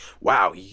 wow